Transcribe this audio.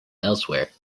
elsewhere